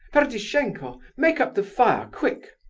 ferdishenko, make up the fire, quick!